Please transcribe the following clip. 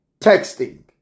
texting